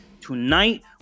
tonight